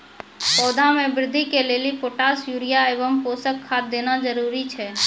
पौधा मे बृद्धि के लेली पोटास यूरिया एवं पोषण खाद देना जरूरी छै?